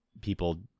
people